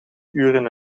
uren